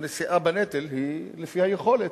הנשיאה בנטל היא לפי היכולת.